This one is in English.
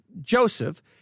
Joseph